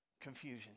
confusion